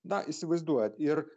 na įsivaizduojat ir